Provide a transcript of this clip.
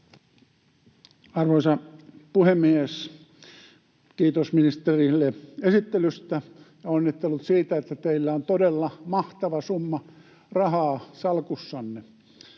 Arvoisa puhemies! Kiitos ministerille esittelystä, ja onnittelut siitä, että teillä on todella mahtava summa rahaa salkussanne